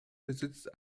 besitzt